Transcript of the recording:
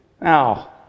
now